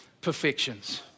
perfections